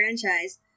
franchise